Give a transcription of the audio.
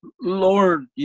lord